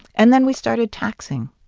and then we started taxing.